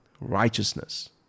righteousness